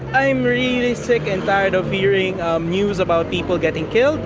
i am really sick and tired of hearing news about people getting killed